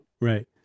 Right